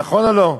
נכון או לא?